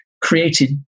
created